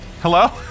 Hello